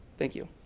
thank you.